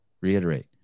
Reiterate